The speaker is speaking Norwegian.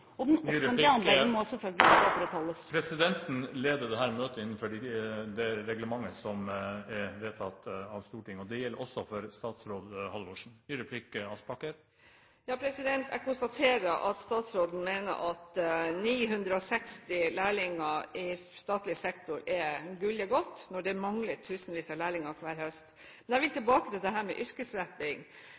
Og den offentlige andelen må selvfølgelig også opprettholdes. Presidenten leder dette møtet innenfor det reglementet som er vedtatt av Stortinget. Det gjelder også for statsråd Halvorsen. Jeg konstaterer at statsråden mener at 960 lærlinger i statlig sektor er «gulle godt» når det mangler tusenvis av lærlingplasser hver høst. Men jeg vil tilbake til dette med yrkesretting.